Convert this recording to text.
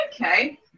Okay